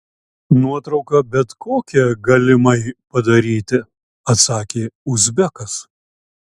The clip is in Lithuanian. nuotrauką bet kokią galimai padaryti atsakė uzbekas